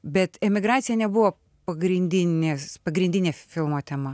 bet emigracija nebuvo pagrindinės pagrindinė filmo tema